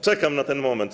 Czekam na ten moment.